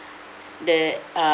the uh